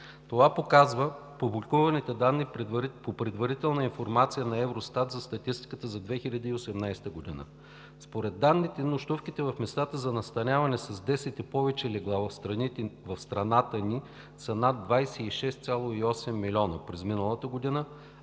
Това показват публикуваните данни по предварителна информация на ЕВРОСТАТ за статистиката за 2018 г. Според данните нощувките в местата за настаняване с 10 и повече легла в страната ни са над 26,8 милиона през миналата година,